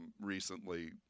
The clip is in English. recently